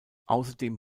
außerdem